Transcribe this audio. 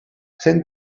sent